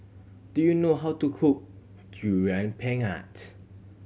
do you know how to cook Durian Pengat